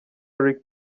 rick